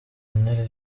intare